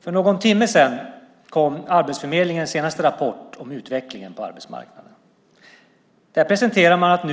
För någon timme sedan kom Arbetsförmedlingens senaste rapport om utvecklingen på arbetsmarknaden. Där presenterar man att